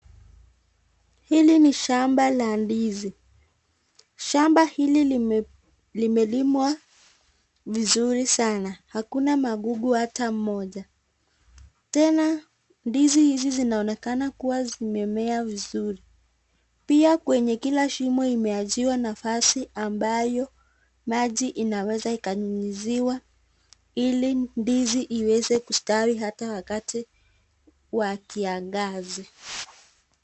Hili ni shamba la ndizi. Shamba hili ilme limelimwa vizuri sana, hakuna magugu hata mmja tena ndizi hizi zinaonekana kuwa zimeliwa vizuri , pia kwenye kila shimo imeachiwa nafasi ambayo maji inaweza ikanyunyiziwa ili ndizi iweze kustawi hata wakati wa kiangazi.